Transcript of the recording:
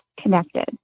connected